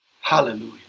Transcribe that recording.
Hallelujah